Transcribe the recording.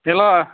hello